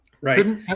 right